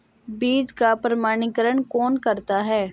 बीज का प्रमाणीकरण कौन करता है?